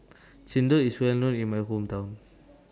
Chendol IS Well known in My Hometown